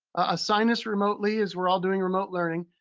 assign this remotely, as we're all doing remote learning,